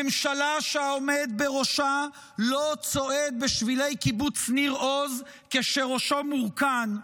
ממשלה שהעומד בראשה לא צועד בשבילי קיבוץ ניר עוז כשראשו מורכן,